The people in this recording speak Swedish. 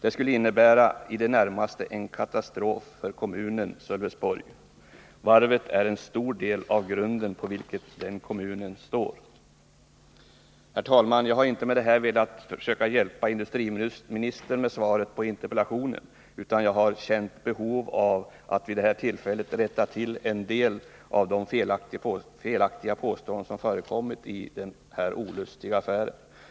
En nedläggning skulle i det närmaste innebära en katastrof för kommunen Sölvesborg. Varvet utgör en stor del av den grund på vilken kommunen står. Herr talman! Med mitt inlägg har jag inte haft för avsikt att försöka hjälpa industriministern med svaret på interpellationen, utan jag har känt ett behov av att vid det här tillfället få rätta till en del av de felaktiga påståenden som förekommit i denna olustiga affär.